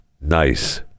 nice